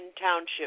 Township